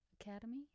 academy